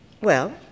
Well